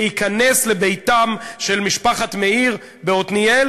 להיכנס לביתה של משפחת מאיר בעתניאל